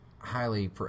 highly